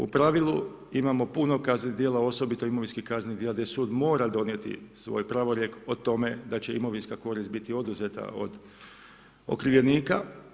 U pravilu imamo puno kaznenih djela, osobito imovinskih kaznenih djela gdje sud mora donijeti svoj pravorijek o tome da će imovinska korist biti oduzeta od okrivljenika.